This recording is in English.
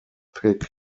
pick